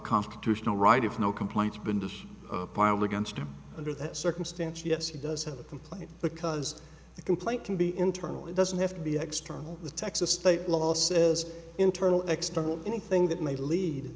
constitutional right of no complaints been to file against him under that circumstance yes he does have a complaint because the complaint can be internal it doesn't have to be extra the texas state law says internal external anything that may lead